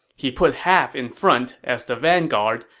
he put half in front as the vanguard,